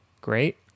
Great